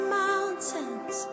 mountains